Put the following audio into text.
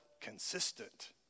consistent